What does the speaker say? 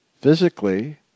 physically